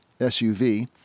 suv